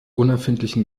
unerfindlichen